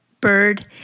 bird